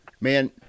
Man